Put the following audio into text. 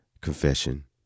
confession